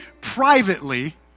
privately